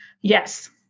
Yes